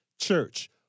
church